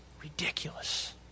ridiculous